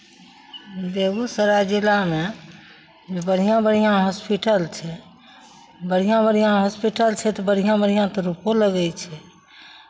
बेगूसराय जिलामे बढ़िआँ बढ़िआँ हॉस्पिटल छै बढ़िआँ बढ़िआँ हॉस्पिटल छै तऽ बढ़िआँ बढ़िआँ तऽ रुपैओ लगै छै